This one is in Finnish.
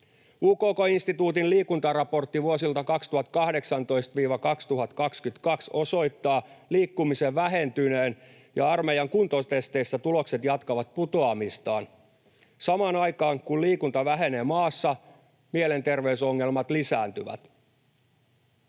UKK-instituutin Liikuntaraportti vuosilta 2018—2022 osoittaa liikkumisen vähentyneen, ja armeijan kuntotesteissä tulokset jatkavat putoamistaan. Samaan aikaan kun liikunta vähenee maassa, mielenterveysongelmat lisääntyvät.